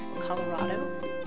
Colorado